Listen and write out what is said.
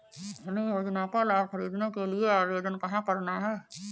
हमें योजना का लाभ ख़रीदने के लिए आवेदन कहाँ करना है?